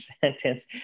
sentence